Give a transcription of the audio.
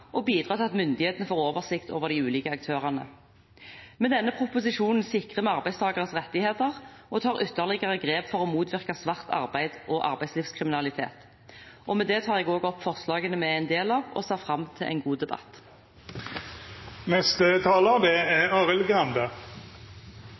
og bidra til at myndighetene får oversikt over de ulike aktørene. Med denne proposisjonen sikrer vi arbeidstakeres rettigheter og tar ytterligere grep for å motvirke svart arbeid og arbeidslivskriminalitet. Med det tar jeg også opp forslagene vi er en del av, og ser fram til en god debatt. Arbeiderpartiet slutter seg til det som ligger i proposisjonen. Det er